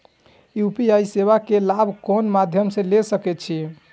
UPI सेवा के लाभ कोन मध्यम से ले सके छी?